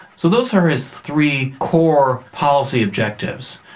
so those are his three core policy objectives,